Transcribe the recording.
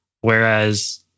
Whereas